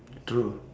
true